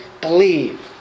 believe